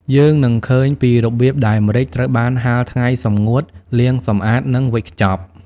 យើងនឹងឃើញពីរបៀបដែលម្រេចត្រូវបានហាលថ្ងៃសម្ងួត លាងសម្អាត និងវេចខ្ចប់ ។